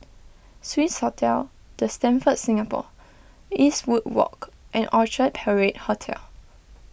Swissotel the Stamford Singapore Eastwood Walk and Orchard Parade Hotel